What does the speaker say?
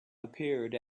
appeared